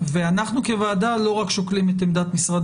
ואנחנו כוועדה לא רק שוקלים את עמדת משרד